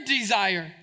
desire